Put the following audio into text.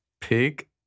pig